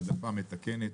העדפה מתקנת,